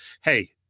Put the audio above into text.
hey